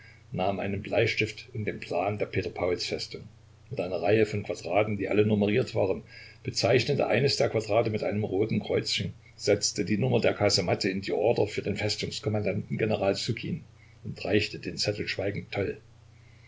nahm einen bleistift und den plan der peter pauls festung mit einer reihe von quadraten die alle numeriert waren bezeichnete eines der quadrate mit einem roten kreuzchen setzte die nummer der kasematte in die ordre für den festungskommandanten general ssukin und reichte den zettel schweigend